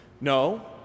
No